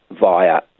via